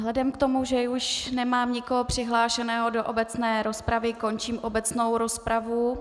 Vzhledem k tomu, že už nemám nikoho přihlášeného do obecné rozpravy, končím obecnou rozpravu.